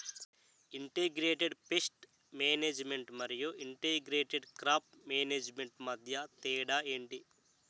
integrated pest management మరియు integrated crop management మధ్య తేడా ఏంటి